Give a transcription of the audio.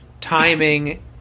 timing